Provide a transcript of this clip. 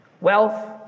wealth